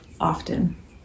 often